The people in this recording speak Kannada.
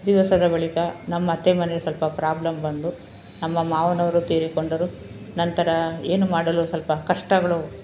ದಿವಸದ ಬಳಿಕ ನಮ್ಮ ಅತ್ತೆ ಮನೆಲಿ ಸ್ವಲ್ಪ ಪ್ರಾಬ್ಲಮ್ ಬಂದು ನಮ್ಮ ಮಾವನವರು ತೀರಿಕೊಂಡರು ನಂತರ ಏನು ಮಾಡಲೂ ಸ್ವಲ್ಪ ಕಷ್ಟಗಳು